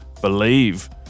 believe